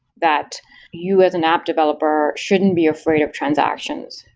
that you as an app developer shouldn't be afraid of transactions.